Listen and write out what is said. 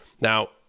Now